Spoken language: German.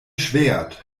schwert